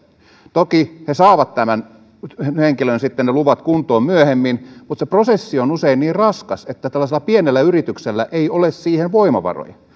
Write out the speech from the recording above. toki he saavat tällaisen henkilön luvat kuntoon myöhemmin mutta se prosessi on usein niin raskas että tällaisella pienellä yrityksellä ei ole siihen voimavaroja